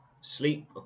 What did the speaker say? sleep